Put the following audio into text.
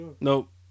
Nope